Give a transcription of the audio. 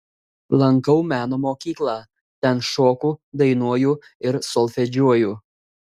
lankau meno mokyklą ten šoku dainuoju ir solfedžiuoju